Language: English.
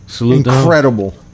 incredible